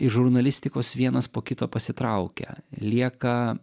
iš žurnalistikos vienas po kito pasitraukia lieka